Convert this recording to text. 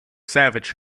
savage